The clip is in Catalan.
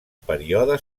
període